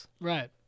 Right